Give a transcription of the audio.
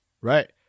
Right